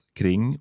kring